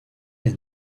est